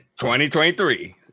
2023